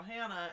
Hannah